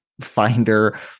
finder